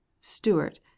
Stewart